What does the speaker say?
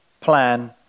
plan